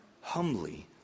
humbly